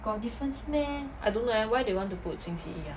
I don't know eh why they want to put 星期一 ah